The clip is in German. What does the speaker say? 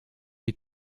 die